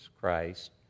Christ